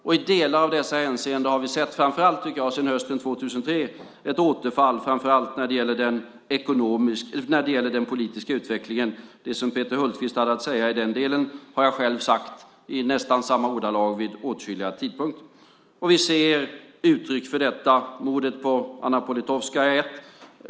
Och i delar av dessa hänseenden har vi sett, framför allt sedan hösten 2003 tycker jag, ett återfall framför allt när det gäller den politiska utvecklingen. Det som Peter Hultqvist hade att säga i den delen har jag själv sagt i nästan samma ordalag vid åtskilliga tidpunkter. Vi ser uttryck för detta. Mordet på Anna Politkovskaja är ett.